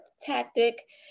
tactic